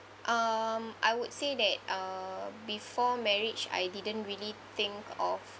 um I would say that uh before marriage I didn't really think of